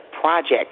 project